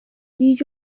گیج